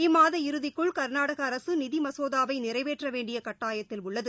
இம்மாத இறுதிக்குள் கர்நாடகஅரசுநிதிமசோதாவைநிறைவேற்றவேண்டியகட்டாயத்தில் உள்ளது